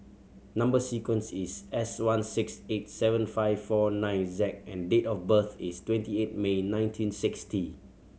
number sequence is S one six eight seven five four nine Z and date of birth is twenty eight May nineteen sixty